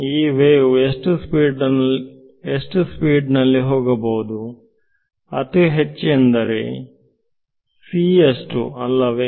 ಈ ವೇವ್ ಎಷ್ಟು ಸ್ಪೀಡ್ ನಲ್ಲಿ ಹೋಗಬಹುದು ಅತಿ ಹೆಚ್ಚು ಅಂದರೆ c ಅಷ್ಟು ಅಲ್ಲವೇ